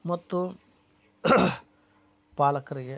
ಮತ್ತು ಪಾಲಕರಿಗೆ